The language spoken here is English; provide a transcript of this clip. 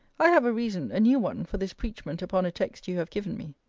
i have a reason, a new one, for this preachment upon a text you have given me.